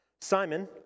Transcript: Simon